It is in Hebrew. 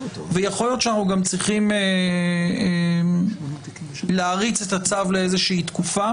ויכול להיות שאנחנו גם צריכים להריץ את הצו לאיזו שהיא תקופה